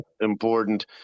important